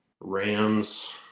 Rams